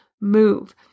move